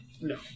No